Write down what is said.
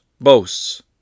boasts